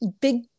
big